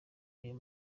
ayo